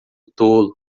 tolo